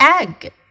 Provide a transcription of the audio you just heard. egg